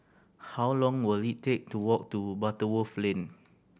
how long will it take to walk to Butterworth Lane